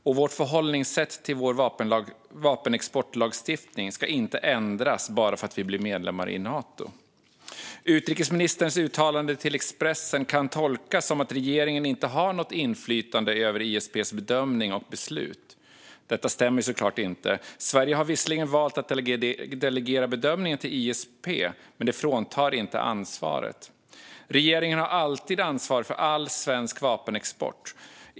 Och vårt förhållningssätt till vår vapenexportlagstiftning ska inte ändras bara för att vi blir medlemmar i Nato. Utrikesministerns uttalande i Expressen kan tolkas som att regeringen inte har något inflytande över ISP:s bedömning och beslut. Detta stämmer såklart inte. Sverige har visserligen valt att delegera bedömningen till ISP. Men det fråntar inte regeringen ansvaret. Regeringen har alltid ansvar för all svensk vapenexport.